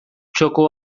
txoko